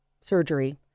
surgery